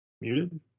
Muted